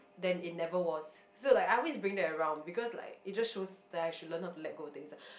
then it never was so like I always bring that around because like it just shows that I should learn how to let go of things ah